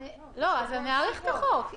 אאריך את החוק.